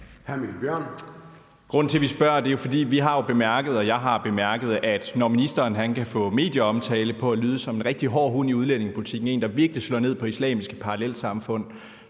Grunden til, at vi spørger, er jo, at vi har bemærket, at når ministeren kan få medieomtale af at lyde som en rigtig hård hund i udlændingepolitikken og som en, der virkelig slår ned på islamiske parallelsamfund,